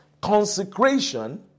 consecration